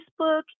Facebook